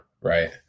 right